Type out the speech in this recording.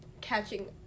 catching